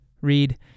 Read